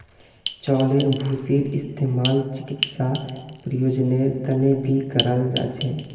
चउलेर भूसीर इस्तेमाल चिकित्सा प्रयोजनेर तने भी कराल जा छे